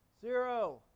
Zero